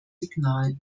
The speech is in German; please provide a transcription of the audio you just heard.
signal